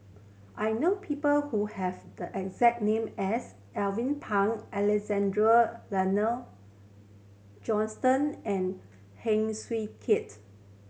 I know people who have the exact name as Alvin Pang Alexander Laurie Johnston and Heng Swee Keat